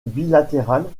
bilatérale